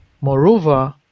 Moreover